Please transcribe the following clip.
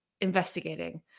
investigating